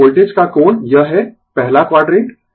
तो वोल्टेज का कोण यह है पहला क्वाडरेंट